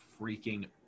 freaking